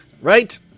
right